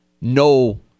no